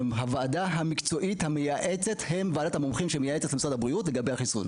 זה הרכב ועדת המומחים שמייעצת למשרד הבריאות לגבי החיסון.